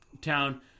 town